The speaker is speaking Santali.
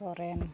ᱥᱚᱨᱮᱱ